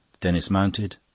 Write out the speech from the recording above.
denis mounted,